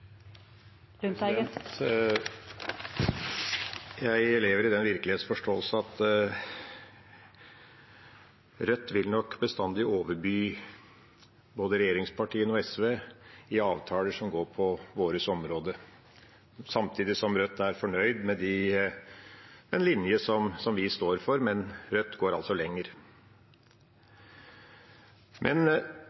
Jeg lever i den virkelighetsforståelse at Rødt bestandig vil overby både regjeringspartiene og SV i avtaler som dreier seg om vårt område, samtidig som Rødt er fornøyd med den linja vi står for. Men Rødt går altså lenger.